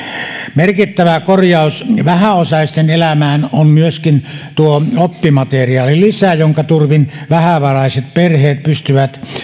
merkittävä korjaus vähäosaisten elämään on myöskin tuo oppimateriaalilisä jonka turvin vähävaraiset perheet pystyvät